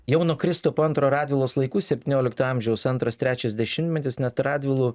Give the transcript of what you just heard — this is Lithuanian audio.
jau nuo kristupo antro radvilos laikų septyniolikto amžiaus antras trečias dešimtmetis net radvilų